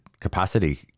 capacity